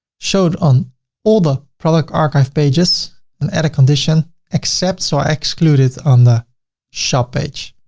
show it on all the product archive pages and add a condition except, so i exclude it on the shop page.